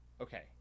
Okay